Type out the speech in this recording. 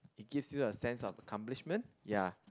it gives you a sense of accomplishment ya